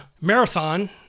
Marathon